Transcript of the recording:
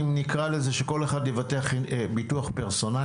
שכל אחד יבטח ביטוח פרסונלי?